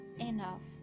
enough